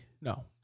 No